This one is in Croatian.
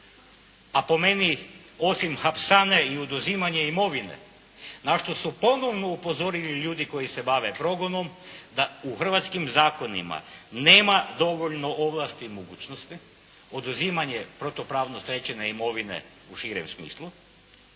a po meni osim hapsane i oduzimanja imovine na što su ponovno upozorili ljudi koji se bave progonom da u hrvatskim zakonima nema dovoljno ovlasti i mogućnosti, oduzimanje protupravno stečene imovine u širem smislu,